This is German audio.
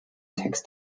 text